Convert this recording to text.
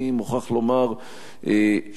אני מוכרח לומר שהמחוקק,